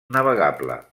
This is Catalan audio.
navegable